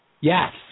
Yes